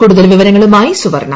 കൂടുതൽ വിവരങ്ങളുമായി സുവർണ്ണ